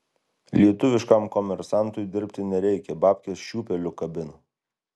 lietuviškam komersantui dirbti nereikia babkes šiūpeliu kabina